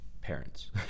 parents